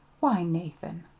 why, nathan!